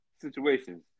situations